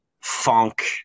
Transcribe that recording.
funk